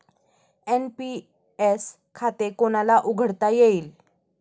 NPS खाते कोणाला उघडता येईल?